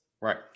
Right